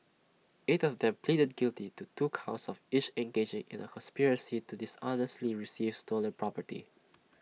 eight of them pleaded guilty to two counts of each engaging in A conspiracy to dishonestly receive stolen property